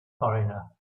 foreigner